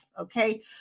okay